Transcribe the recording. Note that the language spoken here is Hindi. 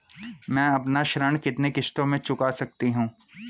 मैं अपना ऋण कितनी किश्तों में चुका सकती हूँ?